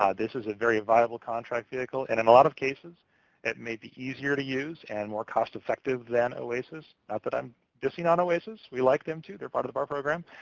um this is a very viable contract vehicle. and in a lot of cases it may be easier to use and more cost-effective than oasis, not that i'm dissing on oasis. we like them, too. they're part of of our program.